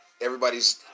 everybody's